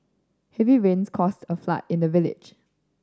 heavy rains caused a flood in the village